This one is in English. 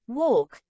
walk